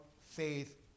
faith